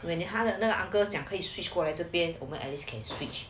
when the 他的那个 uncle 讲可以 switched 过来这边我们 can switch